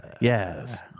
yes